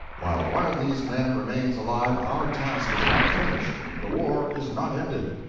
while one of these men remains alive, our task is not finished, the war is not ended.